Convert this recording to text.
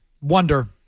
wonder